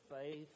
faith